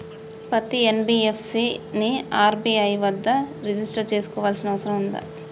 పత్తి ఎన్.బి.ఎఫ్.సి ని ఆర్.బి.ఐ వద్ద రిజిష్టర్ చేసుకోవాల్సిన అవసరం ఉందా?